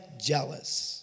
jealous